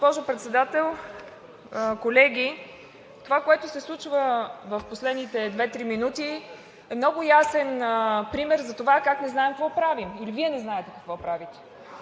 госпожо Председател, колеги! Това, което се случва в последните две-три минути е много ясен пример за това как не знаем какво правим или Вие не знаете какво правите.